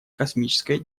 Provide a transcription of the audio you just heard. космической